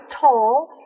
tall